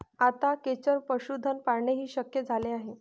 आता खेचर पशुधन पाळणेही शक्य झाले आहे